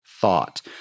thought